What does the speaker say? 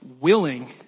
willing